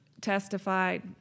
testified